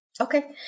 Okay